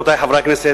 רבותי חברי הכנסת,